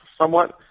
somewhat